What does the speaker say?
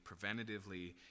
preventatively